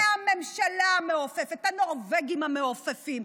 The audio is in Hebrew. זאת הממשלה המעופפת, הנורבגים המעופפים,